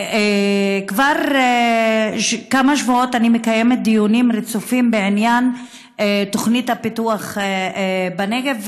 כבר כמה שבועות אני מקיימת דיונים רצופים בעניין תוכנית הפיתוח בנגב,